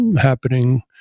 happening